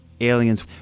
aliens